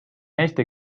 eesti